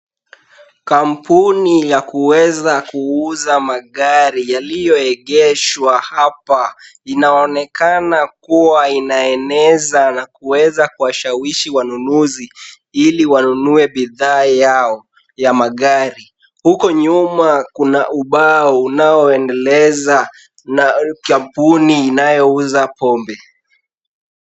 Kampuni ya kuweza kuuza magari, yaliyoegeshwa hapa, inaonekana kuwa inaeneza na kuweza kuwashawishi wanunuzi, ili wanunue bidhaa yao, ya magari. Huko nyuma kuna ubao unaoendeleza na kampuni inayouza pombe.